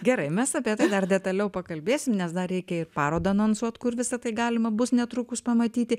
gerai mes apie tai dar detaliau pakalbėsime nes dar reikia ir parodą anonsuoti kur visa tai galima bus netrukus pamatyti